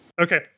Okay